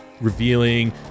revealing